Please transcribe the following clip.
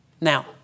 Now